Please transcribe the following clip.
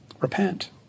Repent